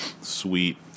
Sweet